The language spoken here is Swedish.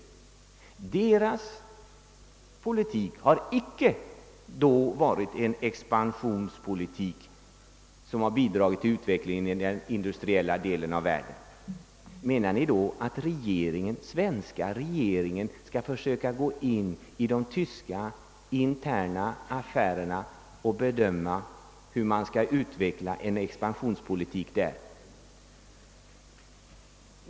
Tyskarnas politik har icke varit någon expansionspolitik som bidragit till utvecklingen i den industriella delen av världen. Menar ni då att svenska regeringen skall lägga sig i de interna tyska angelägenheterna för att få tyskarna att slå in på en expansionspolitik?